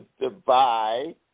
Dubai